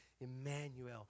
Emmanuel